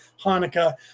Hanukkah